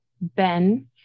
Ben